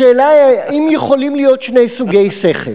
השאלה היא, האם יכולים להיות שני סוגי שכל?